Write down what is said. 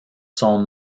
son